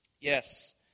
yes